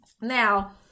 Now